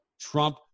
Trump